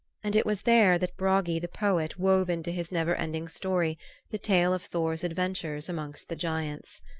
and it was there that bragi the poet wove into his never-ending story the tale of thor's adventures amongst the giants.